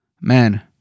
man